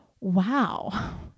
wow